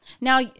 Now